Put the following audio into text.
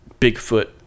Bigfoot